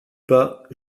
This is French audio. pas